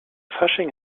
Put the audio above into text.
fasching